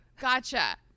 Gotcha